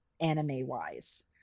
anime-wise